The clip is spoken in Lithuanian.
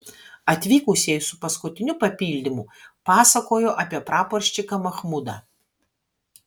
atvykusieji su paskutiniu papildymu pasakojo apie praporščiką machmudą